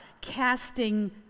Casting